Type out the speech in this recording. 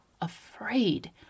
afraid